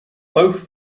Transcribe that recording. both